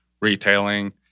retailing